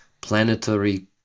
planetary